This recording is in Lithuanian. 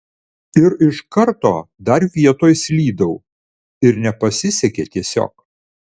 ir iš karto dar vietoj slydau ir nepasisekė tiesiog